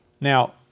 Now